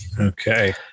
Okay